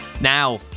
Now